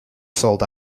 sold